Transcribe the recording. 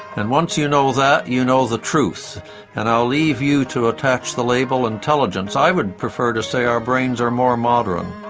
and once you know that you know the truth and i'll leave you to attach the label intelligence. i would prefer to say our brains are more modern.